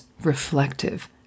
reflective